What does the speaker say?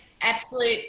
absolute